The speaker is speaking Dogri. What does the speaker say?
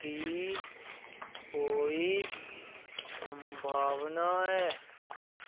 दी कोई सभांवना ऐ